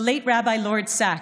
הלורד הרב זקס,